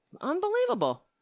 Unbelievable